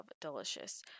delicious